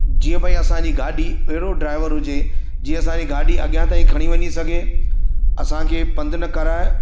जीअं भाई असांजी गाॾी अहिड़ो ड्राइवर हुजे जीअं असांजी गाॾी अॻियां ताईं खणी वञी सघे असांखे पंधि न कराए